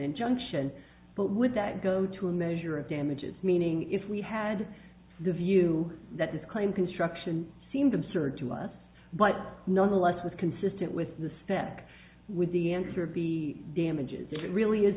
injunction but with that go to a measure of damages meaning if we had the view that this claim construction seemed absurd to us but nonetheless was consistent with the step back with the answer be damages if it really is